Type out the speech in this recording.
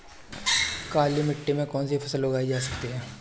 काली मिट्टी में कौनसी फसल उगाई जा सकती है?